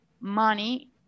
money